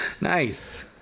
Nice